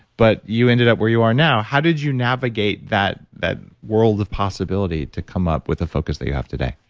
but you ended up where you are now. how did you navigate that that world of possibility to come up with the focus that you have today?